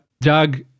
Doug